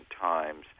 times